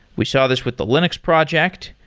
we saw this with the linux project,